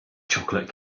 chocolate